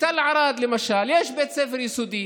בתל ערד למשל יש בית ספר יסודי,